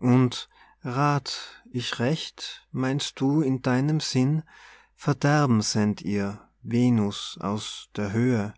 und rath ich recht meinst du in deinem sinn verderben send ihr venus aus der höhe